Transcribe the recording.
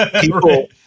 people